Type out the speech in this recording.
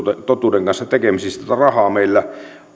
totuuden kanssa tekemisissä että rahaa meillä